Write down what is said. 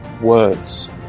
words